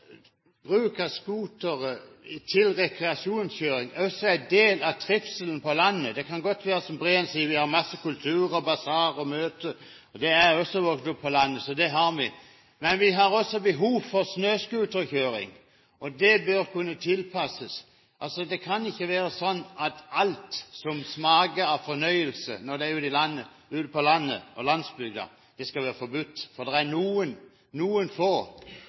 bruk at scootere til rekreasjonskjøring også er en del av trivselen på landet. Det kan godt være det er slik Breen sier: Vi har masse kultur, basarer og møter. Jeg har også vokst opp på landet, så det har vi. Men vi har også behov for snøscooterkjøring, og det bør kunne tilpasses. Det kan ikke være sånn at alt som smaker av fornøyelse når det skjer ute på landsbygda, skal være forbudt, fordi det er noen få